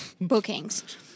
bookings